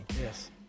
Yes